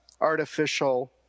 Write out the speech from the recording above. artificial